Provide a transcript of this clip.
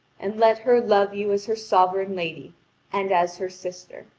and let her love you as her sovereign lady and as her sister.